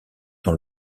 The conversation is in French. dans